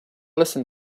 listen